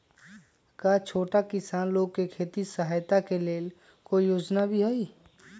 का छोटा किसान लोग के खेती सहायता के लेंल कोई योजना भी हई?